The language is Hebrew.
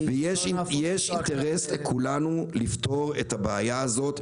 כי לא --- יש אינטרס לכולנו לפתור את הבעיה הזאת,